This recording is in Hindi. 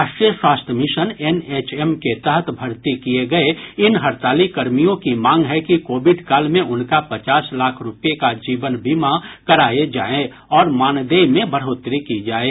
राष्ट्रीय स्वास्थ्य मिशन एनएचएम के तहत भर्ती किये गये इन हड़ताली कर्मियों की मांग है कि कोविड काल में उनका पचास लाख रूपये का जीवन बीमा कराये जाये और मानदेय में बढ़ोतरी की जाये